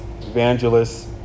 evangelists